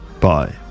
bye